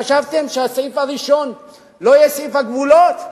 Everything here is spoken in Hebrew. חשבתם שהסעיף הראשון לא יהיה סעיף הגבולות?